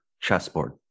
chessboard